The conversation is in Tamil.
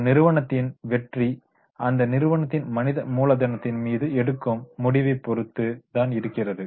ஒரு நிறுவனத்தின் வெற்றி அந்த நிறுவனத்தின் மனித மூலதனத்தின் மீது எடுக்கும் முடிவை பொறுத்து தான் இறுக்கிறது